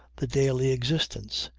the daily existence.